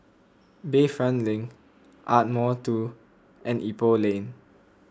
Bayfront Link Ardmore two and Ipoh Lane